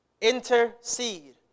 intercede